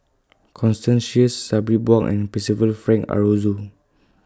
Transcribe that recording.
Constance Sheares Sabri Buang and Percival Frank Aroozoo